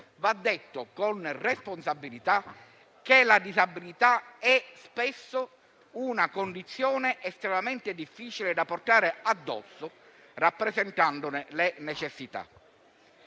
Va detto, con responsabilità, che la disabilità è spesso una condizione estremamente difficile da portare addosso, rappresentandone le necessità.